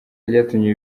ryatumye